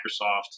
Microsoft